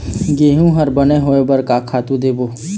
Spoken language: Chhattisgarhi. गेहूं हर बने होय बर का खातू देबो?